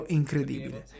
incredibile